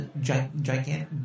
gigantic